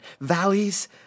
valleys